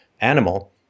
animal